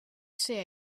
say